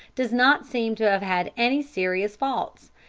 does not seem to have had any serious faults.